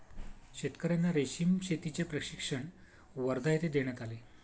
शेतकर्यांना रेशीम शेतीचे प्रशिक्षण वर्धा येथे देण्यात आले